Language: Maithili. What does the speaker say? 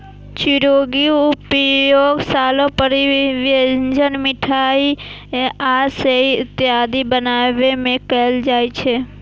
चिरौंजीक उपयोग सालो भरि व्यंजन, मिठाइ आ सेवइ इत्यादि बनाबै मे कैल जाइ छै